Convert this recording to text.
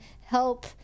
help